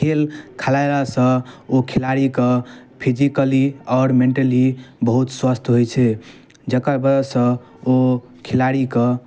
खेल खेलेलासँ ओ खेलाड़ीके फिजिकली आओर मेन्टली बहुत स्वस्थ होइ छै जकर वजहसँ ओ खेलाड़ीके